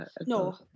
No